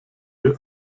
ihr